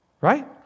Right